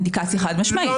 לא נותן אינדיקציה חד משמעית.